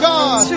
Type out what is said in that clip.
God